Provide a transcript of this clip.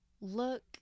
look